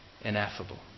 ineffable